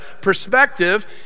perspective